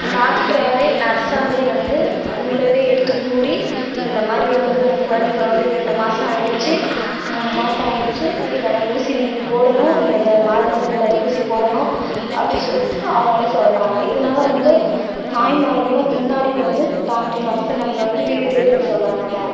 டாக்டராவே நர்ஸாகவே வந்து அவங்களாகவே எடுத்துக்கூறி இந்த மாதிரி வந்து உங்கள் குழந்தைகள் வந்து இரண்டு மாதம் ஆயிடுச்சு மூணு மாதம் ஆயிடுச்சு இதுக்கான ஊசி நீங்கள் போடணும் இந்தந்த மாதத்தில் இந்த தடுப்பூசி போடணும் அப்படி சொல்லிவிட்டு அவர்களே சொல்கிறாங்க இதனால வந்து தாய்மார்களும் முன்னாடியே வந்து டாக்டர் நர்ஸு நம்பளை வந்து வீடு தேடி வந்து சொல்கிறாங்க